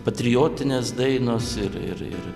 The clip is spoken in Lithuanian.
patriotinės dainos ir ir ir